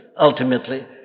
ultimately